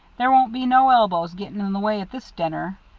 there won't be no elbows getting in the way at this dinner.